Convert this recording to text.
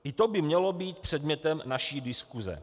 I to by mělo být předmětem naší diskuse.